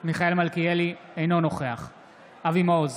אינו נוכח אבי מעוז,